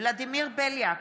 ולדימיר בליאק,